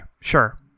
sure